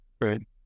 Right